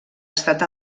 estat